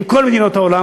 עם כל מדינות העולם.